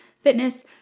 fitness